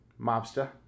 mobster